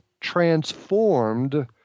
transformed